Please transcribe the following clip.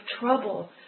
trouble